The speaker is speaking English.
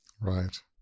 Right